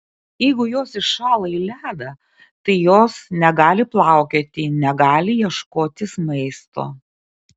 jeigu jos įšąla į ledą tai jos negali plaukioti negali ieškotis maisto